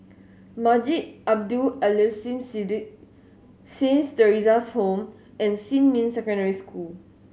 Masjid Abdul Aleem Siddique Saint Theresa's Home and Xinmin Secondary School